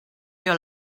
your